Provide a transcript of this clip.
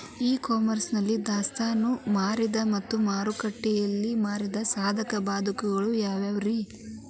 E commerce ನಲ್ಲಿ ದಾಸ್ತಾನು ಮಾದರಿ ಮತ್ತ ಮಾರುಕಟ್ಟೆ ಮಾದರಿಯ ಸಾಧಕ ಬಾಧಕಗಳ ಯಾವವುರೇ?